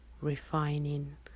refining